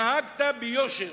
נהגת ביושר,